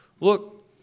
Look